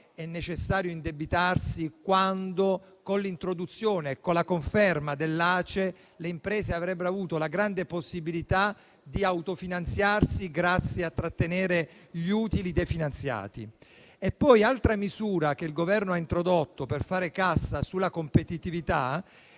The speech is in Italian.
necessario indebitarsi, quando, con l'introduzione e con la conferma dell'ACE, le imprese avrebbero avuto la grande possibilità di autofinanziarsi grazie al trattenimento degli utili definanziati. Altra misura che il Governo ha introdotto per fare cassa sulla competitività è